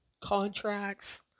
contracts